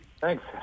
Thanks